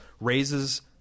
raises